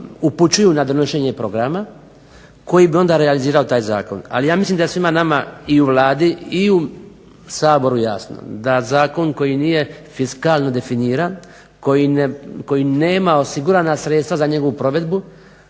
upućuju na donošenje programa koji bi onda realizirali taj zakon. Ali ja mislim da svima nama i u Vladi i u Saboru jasno da zakon koji nije fiskalno definiran koji nema osigurana sredstva za njegovu provedbu,